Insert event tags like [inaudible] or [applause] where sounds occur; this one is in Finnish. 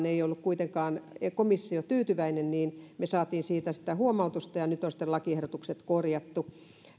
[unintelligible] ei ollut kuitenkaan tyytyväinen menettelytapaan niin me saimme siitä huomautuksen ja nyt on lakiehdotukset korjattu